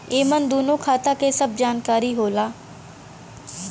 एमन दूनो खाता के सब जानकारी होला